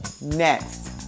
next